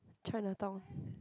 Chinatown